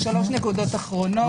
שלוש נקודות אחרונות.